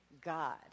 God